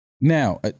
Now